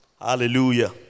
Hallelujah